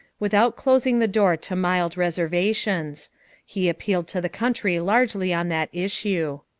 without closing the door to mild reservations he appealed to the country largely on that issue.